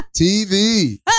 TV